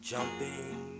Jumping